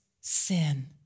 sin